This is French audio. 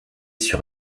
sur